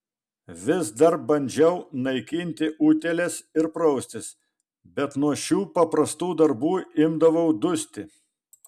vis dar bandžiau naikinti utėles ir praustis bet nuo šių paprastų darbų imdavau dusti